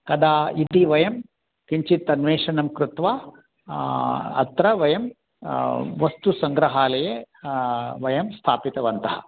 कदा इति वयं किञ्चित् अन्वेषणं कृत्वा अत्र वयं वस्तुसङ्ग्रहालये वयं स्थापितवन्तः